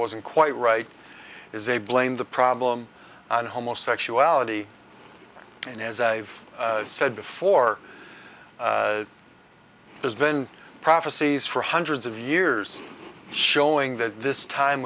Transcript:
wasn't quite right is a blame the problem on homosexuality and as i've said before there's been prophecies for hundreds of years showing that this time